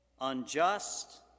unjust